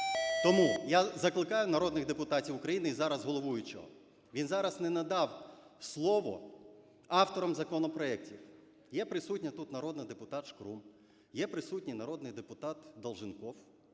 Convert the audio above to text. Тому я закликаю народних депутатів України і зараз головуючого. Він зараз не надав слово авторам законопроектів. Є присутня тут народна депутат Шкрум, є присутній народний депутат Долженков.